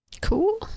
cool